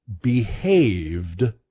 behaved